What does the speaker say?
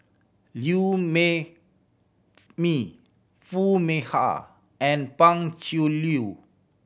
Liew Mee Foo Mee Har and Pan Cheng Lui